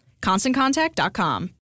ConstantContact.com